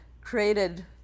created